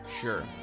Sure